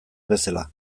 bezala